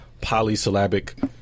polysyllabic